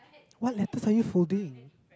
what letters are you folding